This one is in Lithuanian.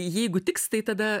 jeigu tiks tai tada